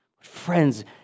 Friends